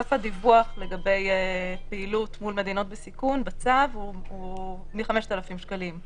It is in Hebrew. סף הדיווח לגבי מדינות בצו הוא 5,000 שקלים.